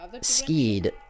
skied